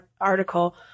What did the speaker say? article